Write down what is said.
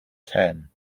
ten